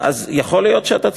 אז יכול להיות שאתה צודק,